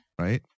Right